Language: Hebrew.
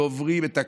ועוברים את הכול,